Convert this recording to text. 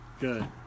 good